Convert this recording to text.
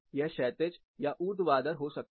यह क्षैतिज या ऊर्ध्वाधर हो सकता है